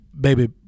baby